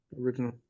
Original